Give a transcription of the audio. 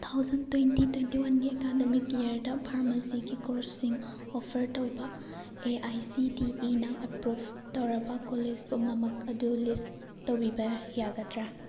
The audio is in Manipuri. ꯇꯨ ꯊꯥꯥꯎꯖꯟ ꯇ꯭ꯋꯦꯟꯇꯤ ꯇ꯭ꯋꯦꯟꯇꯤ ꯋꯥꯟꯒꯤ ꯑꯦꯀꯥꯗꯃꯤꯛ ꯏꯌꯥꯔꯗ ꯐꯥꯔꯃꯥꯁꯤꯒꯤ ꯀꯣꯔꯁꯁꯤꯡ ꯑꯣꯐꯔ ꯇꯧꯕ ꯑꯦ ꯑꯥꯏ ꯁꯤ ꯇꯤ ꯏꯅ ꯑꯦꯄ꯭ꯔꯨꯞ ꯇꯧꯔꯕ ꯀꯣꯂꯦꯖ ꯄꯨꯝꯅꯃꯛ ꯑꯗꯨ ꯂꯤꯁ ꯇꯧꯕꯤꯕ ꯌꯥꯒꯗ꯭ꯔꯥ